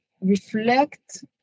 reflect